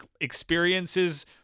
experiences